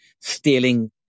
stealing